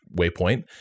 Waypoint